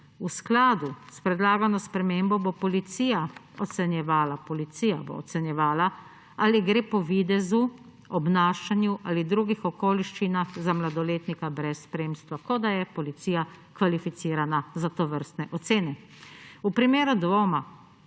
V skladu s predlagano spremembo bo policija ocenjevala – policija bo ocenjevala –, ali gre po videzu, obnašanju ali drugih okoliščinah za mladoletnika brez spremstva, kot da je policija kvalificirana za tovrstne ocene. V primeru dvoma